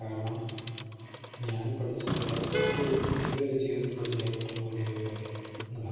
കാരണം ഞാൻ പഠിച്ചത് ഏറ്റവും ഇതുവരെ ജീവിതത്തിൽ പഠിച്ച ഏറ്റവും വലിയ ഒരു കാര്യം ഇതാണ്